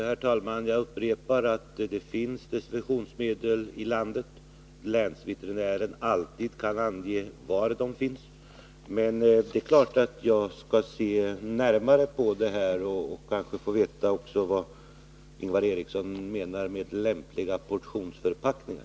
Herr talman! Jag upprepar att det finns desinfektionsmedel i landet och att länsveterinären alltid kan ange var de finns. Men naturligtvis skall jag se närmare på detta. Jag kanske också kan få veta vad Ingvar Eriksson menar med lämpliga portionsförpackningar.